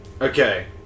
okay